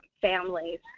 families